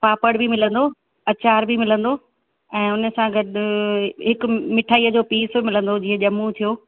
पापड़ बि मिलंदो अचारु बि मिलंदो ऐं उन यसां गॾु हिकु मिठाईअ जो पीस मिलंदो जीअं ॼम्मूं थियो